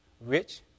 Rich